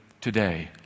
today